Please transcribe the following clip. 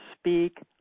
speak